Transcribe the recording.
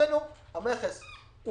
אצלנו המכס הוא